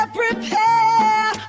prepare